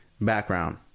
background